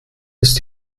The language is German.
ist